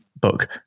book